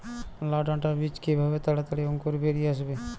লাউ ডাটা বীজ কিভাবে তাড়াতাড়ি অঙ্কুর বেরিয়ে আসবে?